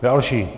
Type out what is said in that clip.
Další.